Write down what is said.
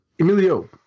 Emilio